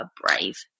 brave